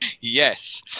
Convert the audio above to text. yes